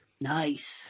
Nice